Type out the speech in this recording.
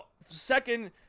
second